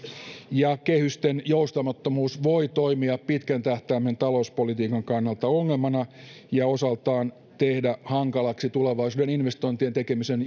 ja kehysten joustamattomuus voi toimia pitkän tähtäimen talouspolitiikan kannalta ongelmana ja osaltaan tehdä hankalaksi tulevaisuuden investointien tekemisen